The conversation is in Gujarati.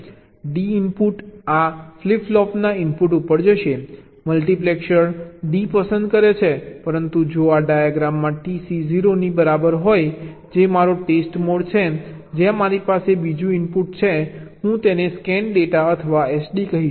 D ઇનપુટ આ ફ્લિપ ફ્લોપના ઇનપુટ ઉપર જશે મલ્ટિપ્લેક્સર D પસંદ કરે છે પરંતુ જો આ ડાયાગ્રામમાં TC 0 ની બરાબર હોય જે મારો ટેસ્ટ મોડ છે જ્યાં મારી પાસે બીજું ઇનપુટ છે હું તેને સ્કેન ડેટા અથવા SD કહીશ